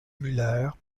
muller